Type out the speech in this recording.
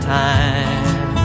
time